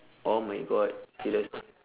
oh my god serious ah